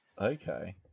okay